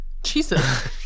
Jesus